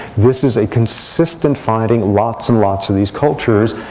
this is a consistent finding. lots and lots of these cultures,